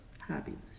happiness